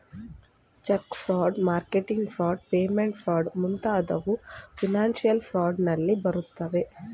check fraud, marketing fraud, payment fraud ಮುಂತಾದವು financial fraud ನಲ್ಲಿ ಬರುತ್ತವೆ